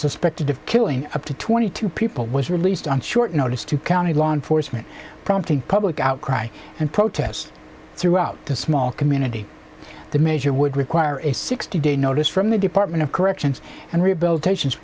suspected of killing up to twenty two people was released on short notice to county law enforcement prompting public outcry and protests throughout the small community the measure would require a sixty day notice from the department of corrections and rehabilitation